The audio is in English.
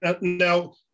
Now